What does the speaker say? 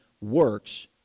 works